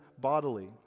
bodily